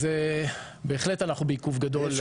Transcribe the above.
אז בהחלט אנחנו בעיכוב גדול.